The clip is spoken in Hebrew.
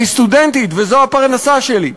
אני סטודנטית וזו הפרנסה שלי.